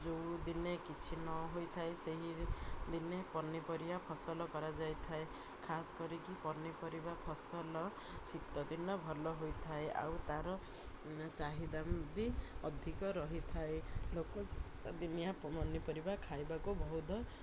ଯେଉଁଦିନେ କିଛି ନ ହୋଇଥାଏ ସେହି ଦିନେ ପନିପରିବା ଫସଲ କରାଯାଇଥାଏ ଖାସ କରିକି ପନିପରିବା ଫସଲ ଶୀତ ଦିନ ଭଲ ହୋଇଥାଏ ଆଉ ତା'ର ଚାହିଦା ବି ଅଧିକ ରହିଥାଏ ଲୋକ ଶୀତ ଦିନିଆ ପନିପରିବା ଖାଇବାକୁ ବହୁତ